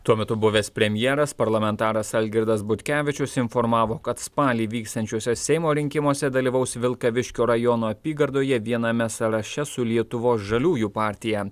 tuo metu buvęs premjeras parlamentaras algirdas butkevičius informavo kad spalį vyksiančiuose seimo rinkimuose dalyvaus vilkaviškio rajono apygardoje viename sąraše su lietuvos žaliųjų partija